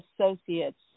associates